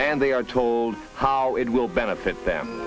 and they are told how it will benefit them